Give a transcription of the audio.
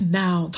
now